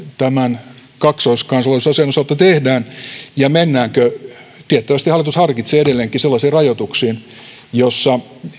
tämän kaksoiskansalaisuusasian osalta tehdään tiettävästi hallitus harkitsee edelleenkin sellaisia rajoituksia joissa